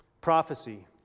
Prophecy